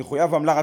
להגיד לו,